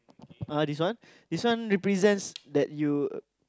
(uh huh) this one this one represents that you